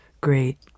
great